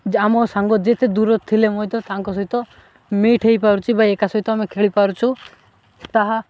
ଆମ ସାଙ୍ଗ ଯେତେ ଦୂର ଥିଲେ ମୁଇଁ ତ ତାଙ୍କ ସହିତ ମିଟ୍ ହୋଇପାରୁଛି ବା ଏକା ସହିତ ଆମେ ଖେଳିପାରୁଛୁ ତାହା